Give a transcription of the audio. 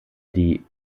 die